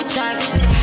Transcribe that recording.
toxic